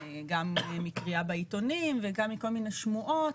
גם מקריאה בעיתונים וגם מכל מיני שמועות,